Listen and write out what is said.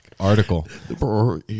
article